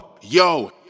Yo